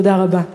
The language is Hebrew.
תודה רבה.